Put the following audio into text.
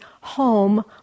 home